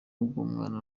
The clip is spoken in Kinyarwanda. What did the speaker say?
bw’umwana